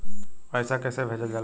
पैसा कैसे भेजल जाला?